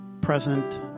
present